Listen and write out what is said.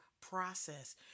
process